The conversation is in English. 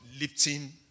lifting